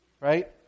Right